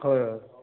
ꯍꯣꯏ ꯍꯣꯏ